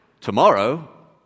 Tomorrow